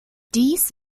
dies